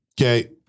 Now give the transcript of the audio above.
Okay